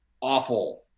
awful